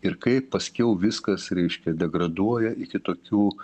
ir kaip paskiau viskas reiškia degraduoja iki tokių